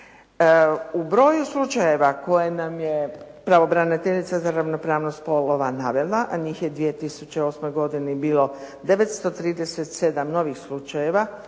U broju slučajeva koje nam je pravobraniteljica za ravnopravnost spolova navela njih je u 2008. godini bilo 937 novih slučajeva,